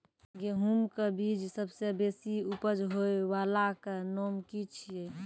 गेहूँमक बीज सबसे बेसी उपज होय वालाक नाम की छियै?